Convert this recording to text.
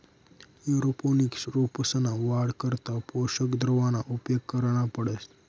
aeroponics रोपंसना वाढ करता पोषक द्रावणना उपेग करना पडस